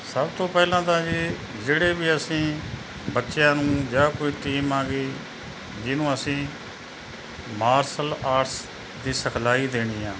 ਸਭ ਤੋਂ ਪਹਿਲਾਂ ਤਾਂ ਇਹ ਜਿਹੜੇ ਵੀ ਅਸੀਂ ਬੱਚਿਆਂ ਨੂੰ ਜਾਂ ਕੋਈ ਟੀਮ ਆ ਗਈ ਜਿਹਨੂੰ ਅਸੀਂ ਮਾਰਸਲ ਆਰਟਸ ਦੀ ਸਿਖਲਾਈ ਦੇਣੀ ਆ